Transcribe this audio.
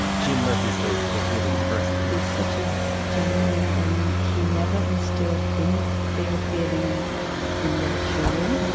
jim murphy's a very forgiving person he's such a gentleman. and he never instilled any bitter feeling in their children